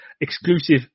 exclusive